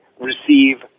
receive